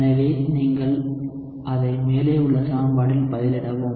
எனவே நீங்கள் அதை மேலே உள்ள சமன்பாட்டில் பதிலிடவும்